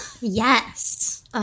Yes